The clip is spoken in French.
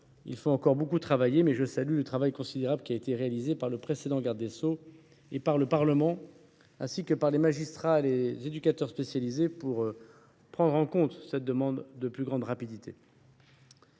Il reste beaucoup à faire, mais je salue le travail considérable réalisé par le précédent garde des sceaux et par le Parlement, ainsi que par les magistrats et les éducateurs spécialisés, pour prendre en compte cette demande. La justice pénale